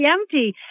empty